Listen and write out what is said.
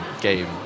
game